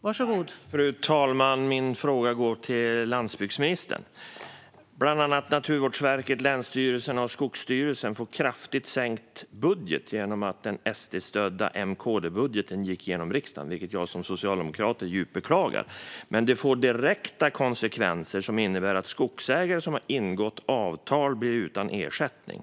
Fru talman! Min fråga går till landsbygdsministern. Bland andra Naturvårdsverket, länsstyrelserna och Skogsstyrelsen får kraftigt minskad budget genom att den SD-stödda M-KD-budgeten gick igenom i riksdagen. Det beklagar jag som socialdemokrat djupt. Men det får direkta konsekvenser som innebär att skogsägare som har ingått avtal blir utan ersättning.